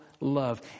love